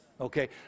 Okay